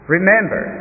Remember